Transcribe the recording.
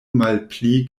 malpli